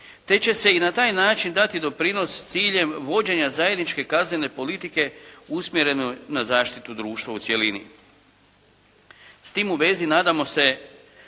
te će se i na taj način dati doprinos s ciljem vođenja zajedničke kaznene politike usmjerene na zaštitu društva u cjelini. S tim u vezi nadamo se